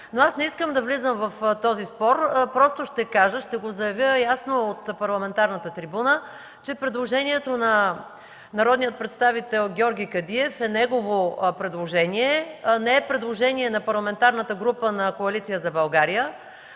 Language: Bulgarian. Но аз не искам да влизам в този спор, просто ще кажа, ще го заявя ясно от парламентарната трибуна, че предложението на народния представител Георги Кадиев е негово предложение, а не е предложение на Парламентарната група на Коалиция за България.